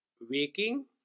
Waking